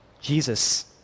Jesus